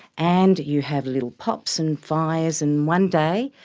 and you have little pops and fires. and one day,